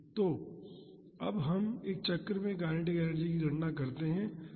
तो अब हम एक चक्र में काइनेटिक एनर्जी की गणना करते हैं